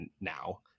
now